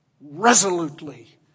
resolutely